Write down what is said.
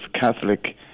Catholic